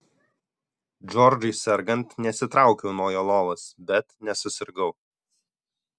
džordžui sergant nesitraukiau nuo jo lovos bet nesusirgau